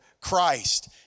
Christ